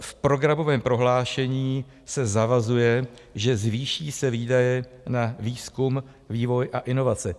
V programovém prohlášení se zavazuje, že se zvýší výdaje na výzkum, vývoj a inovace.